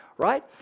right